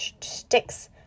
sticks